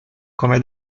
come